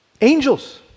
angels